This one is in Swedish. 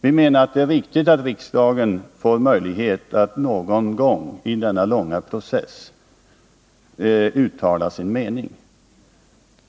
Vi menar att det är riktigt att riksdagen får möjlighet att någon gång under denna långa process uttala sin mening.